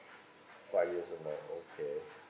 five years and more okay